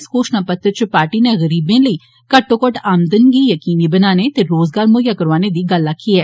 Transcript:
इस घोषणा पत्र च पार्टी नै गरीबे लेई घट्टो घट्ट आमदनी गी यकीनी बनाने ते रोज़गार मुहेईया करोआने दी गल्ल आक्खी ऐ